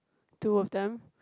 two of them